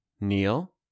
Neil